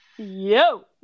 yo